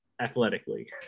athletically